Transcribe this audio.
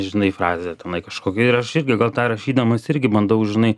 žinai frazę tenai kažkokią ir aš irgi gal tą rašydamas irgi bandau žinai